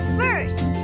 first